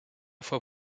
fois